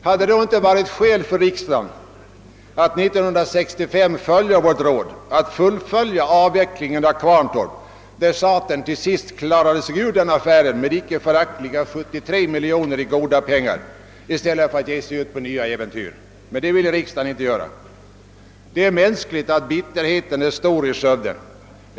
Hade det inte varit skäl för riksdagen att 1965 följa vårt råd och besluta att staten skulle fullfölja avvecklingen av Kvarntorp — ur den affären klarade sig staten till sist med icke föraktliga 73 miljoner kronor i goda pengar — i stället för att ge sig ut på Duroxäventyret i Skövde? Men det rådet ville riksdagsmajoriteten inte följa. Det är mänskligt att bitterheten är stor i Skövde.